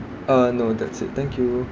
uh no that's it thank you